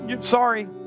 sorry